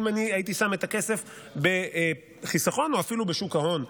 אם הייתי שם את הכסף בחיסכון או אפילו בשוק ההון.